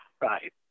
right